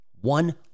One